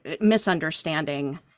misunderstanding